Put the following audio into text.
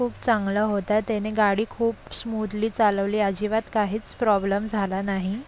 खूप चांगला होता त्याने गाडी खूप स्मूदली चालवली अजिबात काहीच प्रॉब्लम झाला नाही